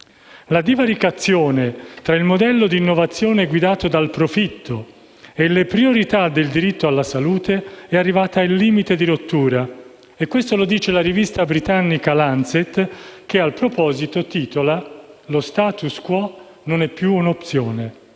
La divaricazione tra il modello d'innovazione guidato dal profitto e le priorità del diritto alla salute è arrivata al limite di rottura, come riportato dalla rivista britannica «The Lancet», che a proposito titola: «Lo *status quo* non è più un'opzione».